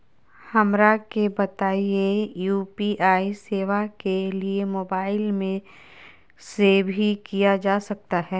हमरा के बताइए यू.पी.आई सेवा के लिए मोबाइल से भी किया जा सकता है?